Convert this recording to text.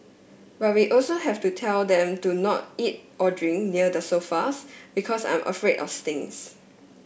but we also have to tell them to not eat or drink near the sofas because I'm afraid of stains